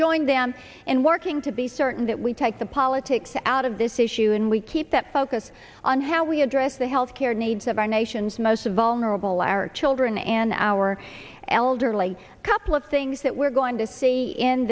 joined them in working to be certain that we take the politics out of this issue and we keep that focus on how we address the health care needs of our nation's most vulnerable our children and our elderly couple of things that we're going to see in